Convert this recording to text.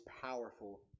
powerful